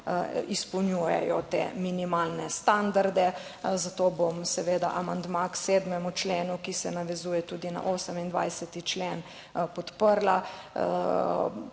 izpolnjujejo te minimalne standarde, zato bom seveda amandma k 7. členu, ki se navezuje tudi na 28. člen podprla.